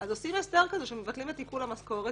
אז עושים הסדר כזה שמבטלים את עיקול המשכורת